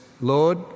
Lord